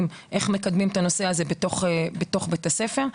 לאופן בו מקדמים את הנושא הזה בתוך בית הספר.